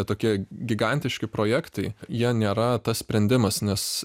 tokie gigantiški projektai jie nėra tas sprendimas nes